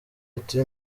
ati